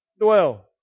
dwell